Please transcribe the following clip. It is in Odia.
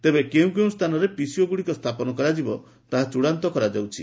ତେବେ କେଉଁ କେଉଁ ସ୍ଥାନରେ ଏହି ପିସିଓଗୁଡ଼ିକ ସ୍ଥାପନ କରାଯିବ ତାହା ଚୂଡ଼ାନ୍ତ କରାଯାଉଛି